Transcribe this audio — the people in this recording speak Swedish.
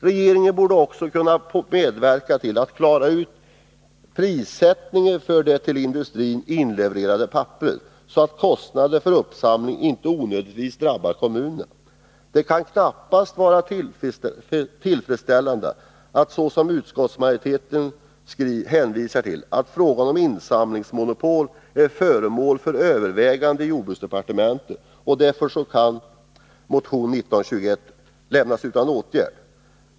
Regeringen borde också kunna medverka till att klara ut prissättningen för det till pappersindustrin inlevererade papperet, så att kostnaderna för uppsamlingen inte onödigtvis drabbar kommunerna. Det kan knappast anses tillfredsställande att, såsom utskottsmajoriteten hänvisar till, frågan om insamlingsmonopolet är föremål för övervägande i jordbruksdepartementet och att därför motion 1921 kan lämnas utan åtgärd.